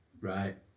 Right